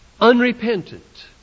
unrepentant